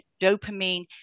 dopamine